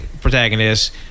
protagonist